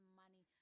money